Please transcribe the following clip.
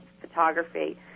photography